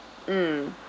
mm